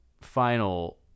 final